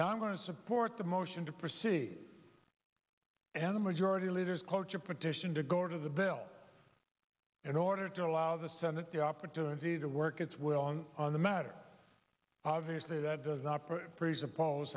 now i'm going to support the motion to proceed and a majority leader's cloture petition to go to the bill in order to allow the senate the opportunity to work its will on the matter obviously that does not pres